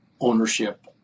ownership